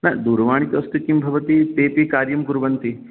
न दूरवाणी तु अस्ति किं भवति ते ते कार्यं कुर्वन्ति